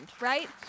right